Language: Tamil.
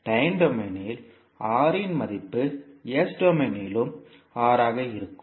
டைம் டொமைனில் R இன் மதிப்பு S டொமைனிலும் R ஆக இருக்கும்